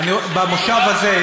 במושב הזה.